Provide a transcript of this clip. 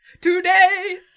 today